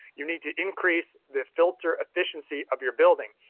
you need to increase the filter efficiency of your building.